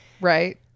right